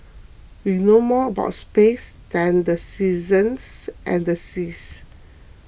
we know more about space than the seasons and the seas